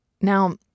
Now